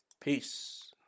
Peace